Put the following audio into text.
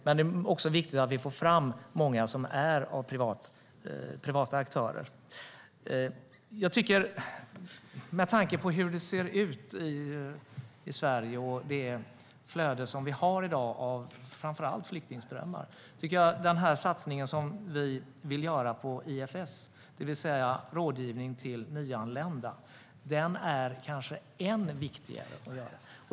Men det är också viktigt att vi får fram många privata aktörer. Med tanke på hur det ser ut i Sverige och det flöde som vi har i dag, framför allt flyktingströmmar, tycker jag att den satsning som vi vill göra på IFS - rådgivning till nyanlända - kanske blir ännu viktigare.